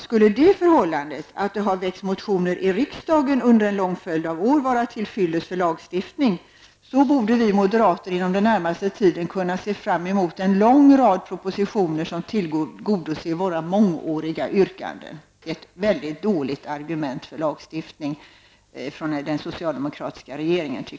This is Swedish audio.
Skulle det förhållandet att det har väckts motioner i riksdagen under en lång följd av år vara till fyllest för lagstiftning, så borde vi moderater inom den närmaste tiden kunna se fram mot en lång rad propositioner som tillgodoser våra mångåriga yrkanden, ett väldigt dåligt argument för lagstiftning från den socialdemokratiska regeringen.